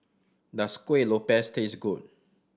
does Kueh Lopes taste good